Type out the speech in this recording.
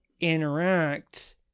interact